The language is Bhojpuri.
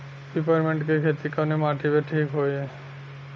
पिपरमेंट के खेती कवने माटी पे ठीक होई?